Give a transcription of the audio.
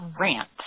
rant